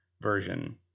version